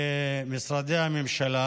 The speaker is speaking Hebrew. במשרדי הממשלה.